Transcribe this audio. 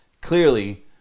Clearly